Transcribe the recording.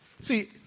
See